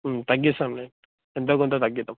తగ్గిస్తాం ఎంతో కొంత తగ్గిద్దాం